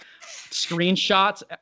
screenshots